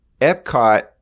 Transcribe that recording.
Epcot